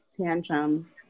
tantrum